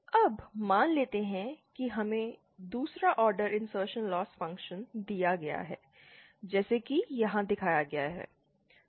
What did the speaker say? अब मान लेते हैं कि हमें दूसरा ऑर्डर इंसर्शनल लॉस फ़ंक्शन दिया गया है जैसा कि यहां दिखाया गया है